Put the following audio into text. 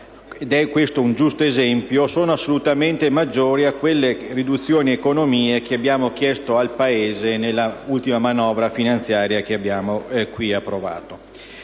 questo un giusto esempio - sono assolutamente maggiori di quelle riduzioni ed economie che abbiamo chiesto al Paese nell'ultima manovra finanziaria che abbiamo approvato.